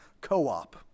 co-op